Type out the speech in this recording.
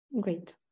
Great